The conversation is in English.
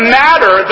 matter